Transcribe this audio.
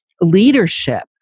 leadership